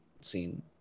scene